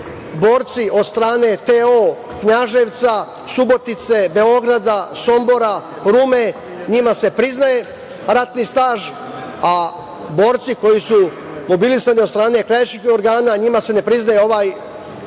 borci od strane TO Knjaževca, Subotice, Beograda, Sombora, Rume, njima se priznaje ratni staž, a borci koji su mobilisani od strane krajiških organa njima se ne priznaje ovaj